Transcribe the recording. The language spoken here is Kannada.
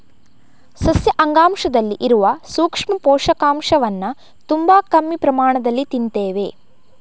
ಸಸ್ಯ ಅಂಗಾಂಶದಲ್ಲಿ ಇರುವ ಸೂಕ್ಷ್ಮ ಪೋಷಕಾಂಶವನ್ನ ತುಂಬಾ ಕಮ್ಮಿ ಪ್ರಮಾಣದಲ್ಲಿ ತಿಂತೇವೆ